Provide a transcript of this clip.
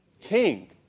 King